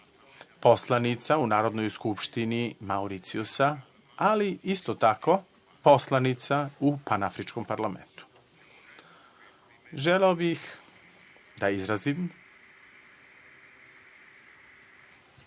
poslanica u Narodnoj skupštini Mauricijusa, ali isto tako poslanica u Panafričkom parlamentu. Želeo bih da izrazim